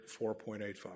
4.85